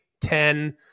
Ten